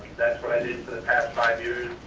that past five years,